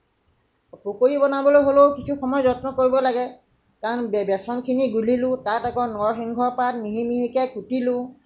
পকৰী বনাবলৈ হ'লেও কিছু সময় যত্ন কৰিব লাগে কাৰণ বেচনখিনি গুলিলোঁ তাত আকৌ নৰসিংহ পাত মিহি মিহিকে কুটিলোঁ